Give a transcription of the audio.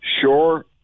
sure